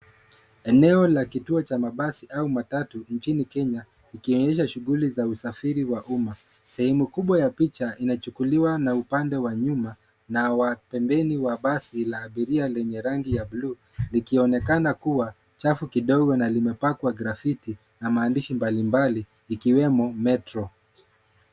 Eneo la kituo cha mabasi au matatu nchini Kenya ikionyesha shughuli za usafiri wa umma. Sehemu kubwa ya picha inachukuliwa na upande wa nyuma na wa pembeni wa basi la abiria lenye rangi ya blue ikionekana kuwa chafu kidogo na limepakwa grafiti na maandishi mbalimbali ikiwemo Metro.